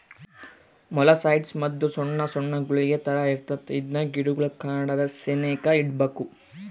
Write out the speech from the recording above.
molluscicide ಮದ್ದು ಸೊಣ್ ಸೊಣ್ ಗುಳಿಗೆ ತರ ಇರ್ತತೆ ಇದ್ನ ಗಿಡುಗುಳ್ ಕಾಂಡದ ಸೆನೇಕ ಇಡ್ಬಕು